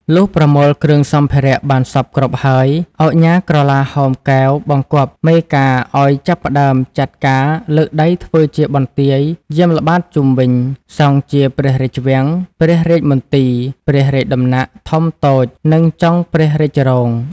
លុះប្រមូលគ្រឿងសម្ភារៈបានសព្វគ្រប់ហើយ ឧកញ៉ាក្រឡាហោម កែវ បង្គាប់មេការឲ្យចាប់ផ្ដើមចាត់ការលើកដីធ្វើជាបន្ទាយយាមល្បាតជុំវិញ សង់ជាព្រះរាជវាំង ព្រះរាជមន្ទីរ ព្រះរាជដំណាក់ធំតូចនិងចុងព្រះរាជរោង